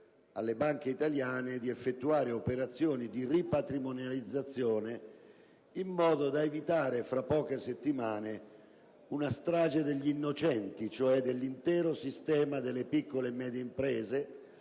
alle banche italiane di effettuare operazioni di ripatrimonializzazione in modo da evitare, tra poche settimane, una "strage degli innocenti", cioè dell'intero sistema delle piccole e medie imprese,